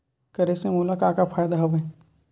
करे से मोला का का फ़ायदा हवय?